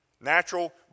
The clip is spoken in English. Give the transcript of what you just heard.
natural